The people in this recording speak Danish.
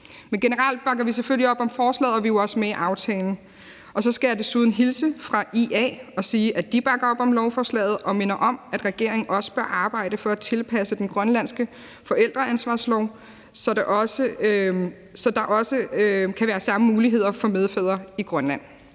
Generelt bakker vi selvfølgelig op om lovforslaget, og vi er jo også med i aftalen. Jeg skal desuden hilse fra IA og sige, at de bakker op om lovforslaget og minder om, at regeringen også bør arbejde for at tilpasse den grønlandske forældreansvarslov, så der også kan være samme muligheder for medfædre i Grønland.